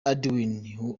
edwin